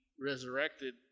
resurrected